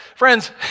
Friends